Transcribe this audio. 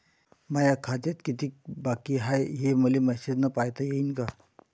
माया खात्यात कितीक बाकी हाय, हे मले मेसेजन पायता येईन का?